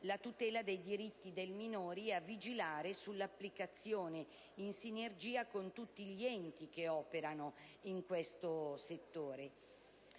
la tutela dei diritti dei minori e a vigilare sull'applicazione in sinergia con tutti gli enti che operano in questo settore.